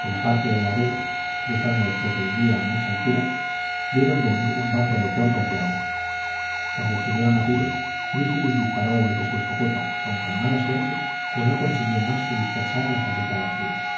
de la parte de areo cruzando sobre el río a mucha altura vieron venir un bando de tordos de agua cuando estuvieron a tiro frígilis disparó los de su escopeta con tan mala suerte que no consiguió más que dispersar las apretadas filas